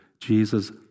Jesus